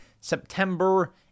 September